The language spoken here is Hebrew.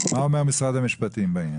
מה אומר משרד המשפטים?